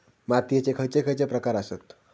मातीयेचे खैचे खैचे प्रकार आसत?